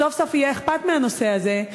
סוף-סוף יהיה אכפת מהנושא הזה.